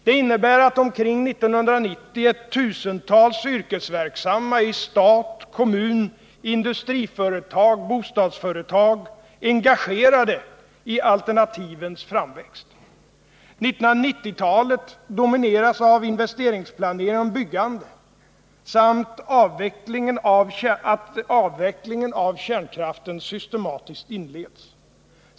Det innebär att omkring 1990 är tusentals yrkesverksamma i stat, kommun, industriföretag och bostadsföretag engagerade i alternativens framväxt. 1990-talet domineras av investeringsplanering och byggande samt av att avvecklingen av kärnkraften systematiskt inleds.